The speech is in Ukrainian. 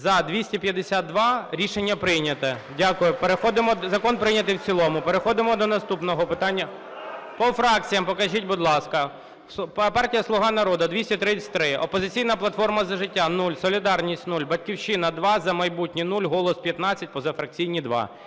За-252 Рішення прийнято. Дякую. Закон прийнятий в цілому. Переходимо до наступного питання… (Шум у залі) По фракціям покажіть, будь ласка. Партія "Слуга народу" - 233, "Опозиційна платформа - За життя" – 0, "Солідарність" - 0, "Батьківщина" – 2, "За майбутнє" – 0, "Голос" – 15, позафракційні –